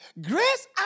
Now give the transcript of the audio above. Grace